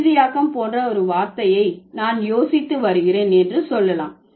இறுதியாக்கம் போன்ற ஒரு வார்த்தையை நான் யோசித்து வருகிறேன் என்று சொல்லலாம்